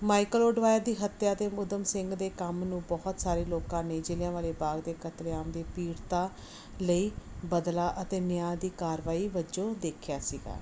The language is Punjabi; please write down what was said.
ਮਾਈਕਲ ਆਡਵਾਇਰ ਦੀ ਹੱਤਿਆ ਅਤੇ ਊਧਮ ਸਿੰਘ ਦੇ ਕੰਮ ਨੂੰ ਬਹੁਤ ਸਾਰੇ ਲੋਕਾਂ ਨੇ ਜਲ੍ਹਿਆਂਵਾਲਾ ਬਾਗ ਦੇ ਕਤਲੇਆਮ ਦੇ ਪੀੜਤਾਂ ਲਈ ਬਦਲਾ ਅਤੇ ਨਿਆਂ ਦੀ ਕਾਰਵਾਈ ਵਜੋਂ ਦੇਖਿਆ ਸੀਗਾ